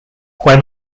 when